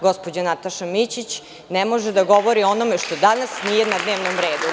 Gospođa Nataša Mićić ne može da govori da onome što danas nije na dnevnom redu.